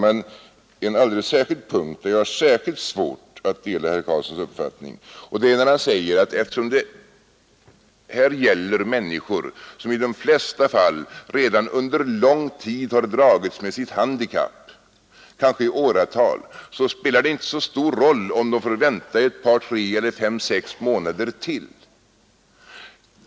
Jag har särskilt svårt att dela herr Karlssons uppfattning när han säger att eftersom det här gäller människor som i de flesta fall redan under lång tid dragits med sitt handikapp, kanske i åratal, så spelar det inte så stor roll om de får vänta ett par tre eller fem sex månader till.